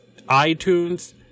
iTunes